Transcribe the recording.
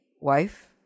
wife